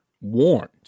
warned